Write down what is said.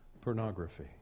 Pornography